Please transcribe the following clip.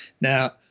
Now